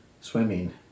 swimming